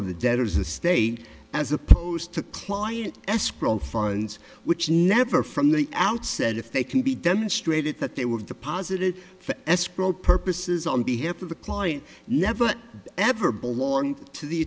of the debtors a state as opposed to client escrow funds which never from the outset if they can be demonstrated that they were deposited for escrow purposes on behalf of the client never ever belong to the